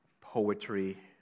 poetry